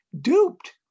duped